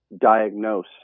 diagnose